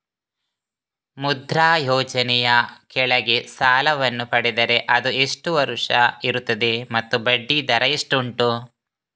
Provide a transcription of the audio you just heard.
ಮುದ್ರಾ ಯೋಜನೆ ಯ ಕೆಳಗೆ ಸಾಲ ವನ್ನು ಪಡೆದರೆ ಅದು ಎಷ್ಟು ವರುಷ ಇರುತ್ತದೆ ಮತ್ತು ಬಡ್ಡಿ ದರ ಎಷ್ಟು ಉಂಟು?